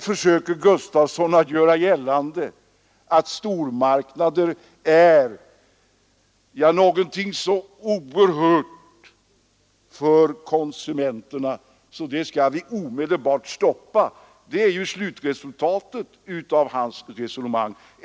Herr Gustafsson i Byske försöker göra gällande att stormarknader är någonting så oerhört skadligt för konsumenterna att sådana skall vi omedelbart stoppa. Det blir ju slutsatsen av hans resonemang.